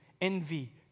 envy